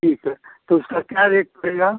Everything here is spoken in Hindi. ठीक है तो उसका क्या रेट पड़ेगा